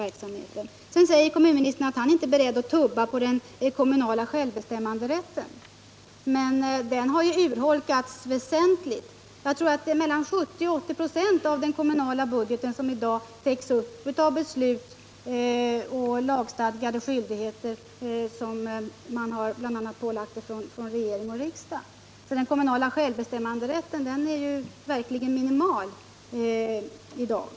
Fredagen den Vidare säger kommunministern att han inte är beredd att tumma på 18 november 1977 den kommunala självbestämmanderätten. Men den har ju urholkats vär oo sentligt. Jag tror att mellan 70 och 80 "6 av den kommunala budgeten Om de kommunala i dag täcks upp av skyldigheter som ålagts kommunerna genom lag = eltaxorna m.m. stadgande eller genom beslut av regering och riksdag. Den kommunala självbestämmanderätten är verkligen minimal i dag.